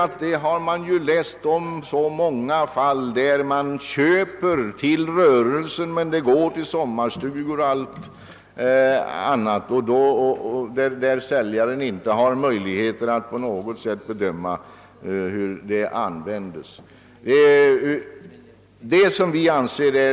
Vi har läst om så många fall där inköp göres till en rörelse men går till sommarstugan. Säljaren har inte någon möjlighet att bedöma hur inköpen används.